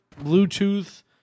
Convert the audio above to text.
Bluetooth